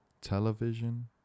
Television